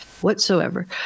whatsoever